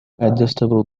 adjustable